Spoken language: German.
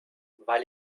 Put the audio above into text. weil